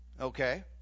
Okay